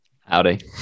Howdy